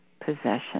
possession